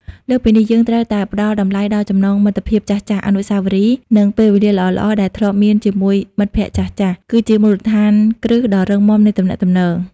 លើសពីនេះ យើងត្រូវតែ ផ្តល់តម្លៃដល់ចំណងមិត្តភាពចាស់ អនុស្សាវរីយ៍ និងពេលវេលាល្អៗដែលធ្លាប់មានជាមួយមិត្តភក្តិចាស់ៗ គឺជាមូលដ្ឋានគ្រឹះដ៏រឹងមាំនៃទំនាក់ទំនង។